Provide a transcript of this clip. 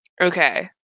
Okay